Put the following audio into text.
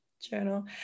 journal